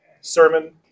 sermon